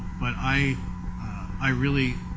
but i i really,